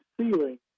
ceiling